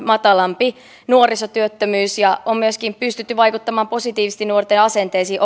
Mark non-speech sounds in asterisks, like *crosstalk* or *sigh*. matalampi nuorisotyöttömyys ja on myöskin pystytty vaikuttamaan positiivisesti nuorten asenteisiin *unintelligible*